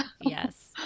yes